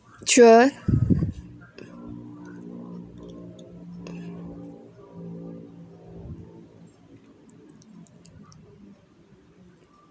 sure